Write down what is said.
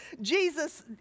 Jesus